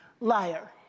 liar